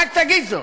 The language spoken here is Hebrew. רק תגיד זאת,